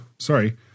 sorry